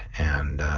and